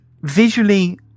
visually